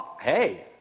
Hey